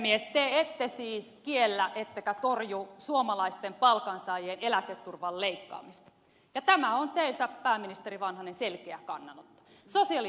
te ette siis kiellä ettekä torju suomalaisten palkansaajien eläketurvan leikkaamista ja tämä on teiltä pääministeri vanhanen selkeä kannanotto